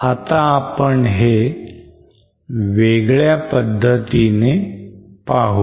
आता आपण हे वेगळ्या पद्धतीने पाहू